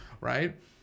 right